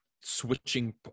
switching